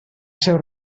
seu